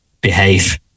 behave